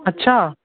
अच्छा